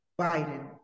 Biden